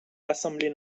l’assemblée